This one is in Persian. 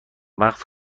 وقت